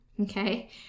Okay